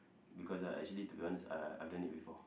because uh actually to be honest uh I've done it before